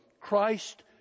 Christ